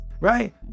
Right